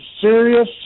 serious